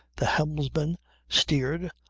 the helmsman steered,